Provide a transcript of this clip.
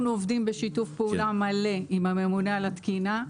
אנחנו עובדים בשיתוף פעולה מלא עם הממונה על התקינה.